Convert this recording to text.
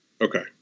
Okay